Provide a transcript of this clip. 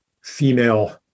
female